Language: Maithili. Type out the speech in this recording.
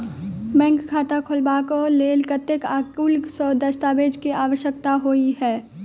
बैंक खाता खोलबाबै केँ लेल केतना आ केँ कुन सा दस्तावेज केँ आवश्यकता होइ है?